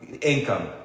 income